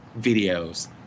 videos